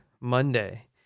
Monday